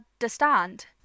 understand